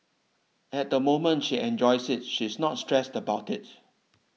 at the moment she enjoys it she is not stressed about it